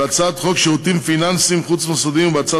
בהצעת חוק שירותים פיננסיים חוץ-מוסדיים ובהצעת